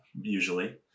usually